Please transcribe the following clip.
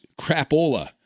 crapola